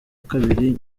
kabiri